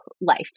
life